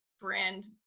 brand